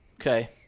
Okay